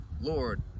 lord